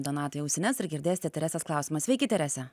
donatai ausines ir girdėsite teresės klausimą sveiki terese